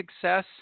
success